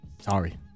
Sorry